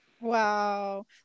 Wow